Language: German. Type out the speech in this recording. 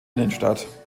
innenstadt